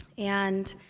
and